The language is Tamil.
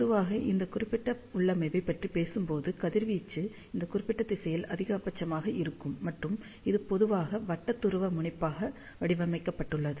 பொதுவாக இந்த குறிப்பிட்ட உள்ளமைவைப் பற்றி பேசும்போது கதிர்வீச்சு இந்த குறிப்பிட்ட திசையில் அதிகபட்சமாக இருக்கும் மற்றும் இது பொதுவாக வட்ட துருவமுனைப்புக்காக வடிவமைக்கப்பட்டுள்ளது